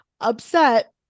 upset